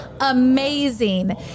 amazing